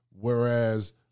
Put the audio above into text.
whereas